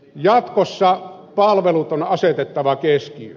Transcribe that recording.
jatkossa palvelut on asetettava keskiöön